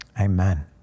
Amen